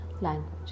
language